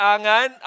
Angan